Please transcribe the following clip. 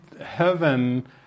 heaven